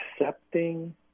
accepting